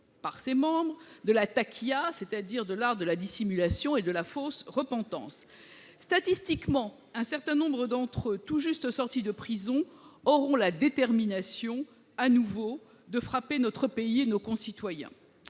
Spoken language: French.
par ses membres de la, c'est-à-dire l'art de la dissimulation et de la fausse repentance. Statistiquement, un certain nombre d'entre eux, tout juste sortis de prison, auront la détermination de frapper de nouveau notre pays et nos concitoyens.